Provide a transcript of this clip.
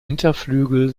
hinterflügel